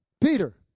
Peter